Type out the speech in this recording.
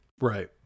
Right